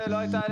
להחליט